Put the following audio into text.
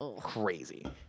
Crazy